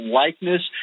likeness